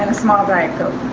um small diet coke.